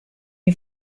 you